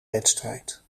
wedstrijd